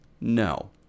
No